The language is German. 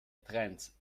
trends